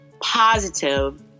positive